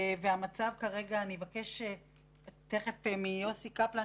אני אבקש תכף מיוסי קפלן,